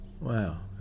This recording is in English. Wow